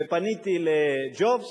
ופניתי לג'ובס,